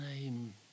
name